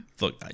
Look